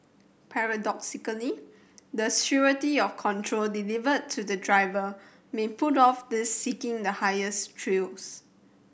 paradoxically that surety of control delivered to the driver may put off these seeking the highest thrills